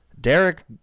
derek